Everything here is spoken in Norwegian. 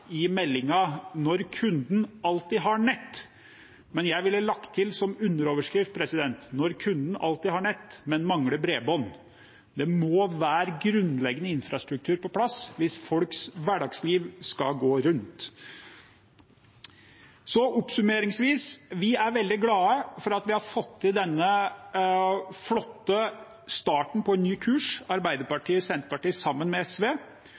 i meldingen «Når kunden alltid har nett.» Jeg ville lagt til som underoverskrift: «Når kunden alltid har nett, men mangler bredbånd.» Det må være en grunnleggende infrastruktur på plass hvis folks hverdagsliv skal gå rundt. Oppsummeringsvis: Vi er veldig glade for at vi har fått til denne flotte starten på en ny kurs, Arbeiderpartiet og Senterpartiet sammen med SV.